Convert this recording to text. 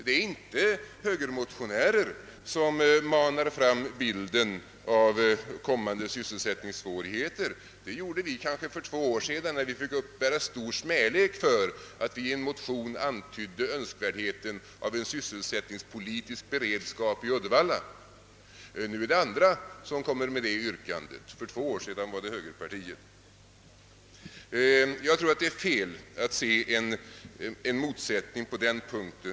Det är inte högermotionärer som manar fram bilden av kommande sysselsättningssvårigheter. Det gjorde vi kanske för två år sedan, när vi fick uppbära mycken smälek för att vi i en motion antydde önskvärdheten av en sysselsättningspolitisk beredskap i Uddevalla. Nu är det andra som framför detta yrkande — för två år sedan var det alltså högerpartiet. Jag tror det är fel att se en motsättning på denna punkt.